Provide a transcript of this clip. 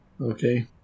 Okay